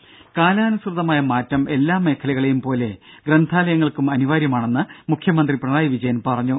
ദേദ കാലാനുസൃതമായ മാറ്റം എല്ലാ മേഖലകളെയും പോലെ ഗ്രന്ഥാലയങ്ങൾക്കും അനിവാര്യമാണെന്ന് മുഖ്യമന്ത്രി പിണറായി വിജയൻ പറഞ്ഞു